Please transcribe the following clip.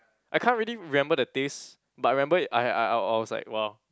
I can't really remember the taste but I remember it I I I I was like !wow!